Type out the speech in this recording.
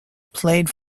played